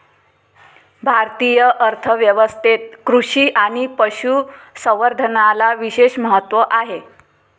भारतीय अर्थ व्यवस्थेत कृषी आणि पशु संवर्धनाला विशेष महत्त्व आहे